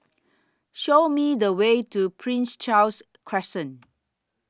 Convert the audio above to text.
Show Me The Way to Prince Charles Crescent